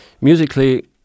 musically